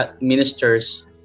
ministers